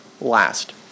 last